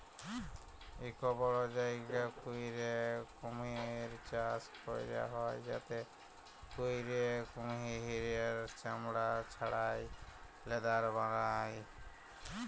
ইক বড় জায়গা ক্যইরে কুমহির চাষ ক্যরা হ্যয় যাতে ক্যইরে কুমহিরের চামড়া ছাড়াঁয় লেদার বালায়